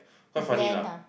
quite funny lah